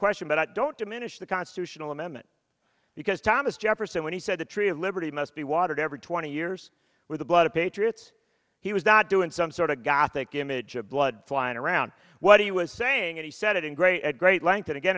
question but i don't diminish the constitutional amendment because thomas jefferson when he said the tree of liberty must be watered every twenty years with the blood of patriots he was not doing some sort of gothic image of blood flying around what he was saying and he said it in great at great length and again